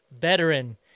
veteran